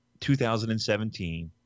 2017